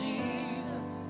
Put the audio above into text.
Jesus